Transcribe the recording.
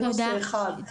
זה נושא אחד.